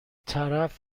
طرف